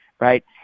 right